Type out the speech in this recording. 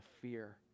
fear